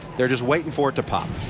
they're just waiting for it to pop.